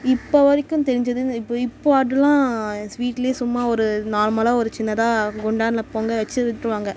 இப்போ வரைக்கும் தெரிஞ்சது இந்த இப்போ இப்போது அதெலாம் வீட்லேயே சும்மா ஒரு நார்மலாக ஒரு சின்னதாக குண்டானில் பொங்கல் வச்சு விட்டுருவாங்க